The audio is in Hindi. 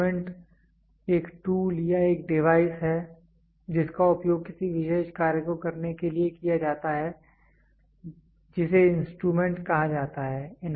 इंस्ट्रूमेंट एक टूल या एक डिवाइस है जिसका उपयोग किसी विशेष कार्य को करने के लिए किया जाता है जिसे इंस्ट्रूमेंट कहा जाता है